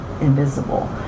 invisible